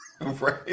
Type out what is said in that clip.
Right